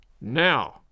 now